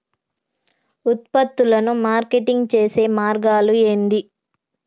ఉత్పత్తులను మార్కెటింగ్ చేసే మార్గాలు ఏంది?